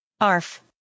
Arf